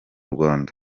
rwanda